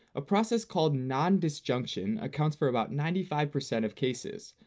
a process called nondisjunction accounts for about ninety five percent of cases.